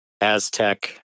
Aztec